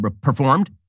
performed